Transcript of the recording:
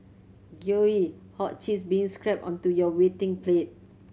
gooey hot cheese being scrapped onto your waiting plate